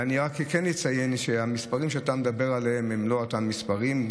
אני כן אציין שהמספרים שאתה מדבר עליהם הם לא אותם מספרים.